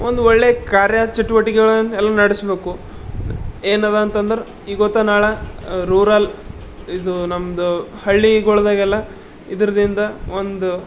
ಒಂದು ಒಳ್ಳೆ ಕಾರ್ಯಚಟುವಟಿಕೆಗಳನ್ನ ಎಲ್ಲಿ ನಡೆಸ್ಬೇಕು ಏನದ ಅಂತಂದ್ರೆ ಇವತ್ತೋ ನಾಳೆ ರೂರಲ್ ಇದು ನಮ್ಮದು ಹಳ್ಳಿಗಳ್ದಾಗೆಲ್ಲ ಇದ್ರದಿಂದ ಒಂದು